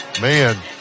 Man